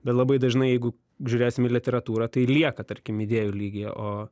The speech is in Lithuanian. bet labai dažnai jeigu žiūrėsim į literatūrą tai lieka tarkim idėjų lygyje o